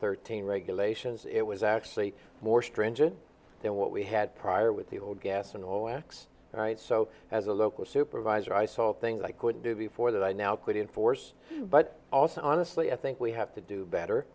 thirteen regulations it was actually more stringent than what we had prior with the old gas and all acts all right so as a local supervisor i saw things i could do before that i now couldn't force but also honestly i think we have to do better